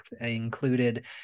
included